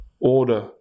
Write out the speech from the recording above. order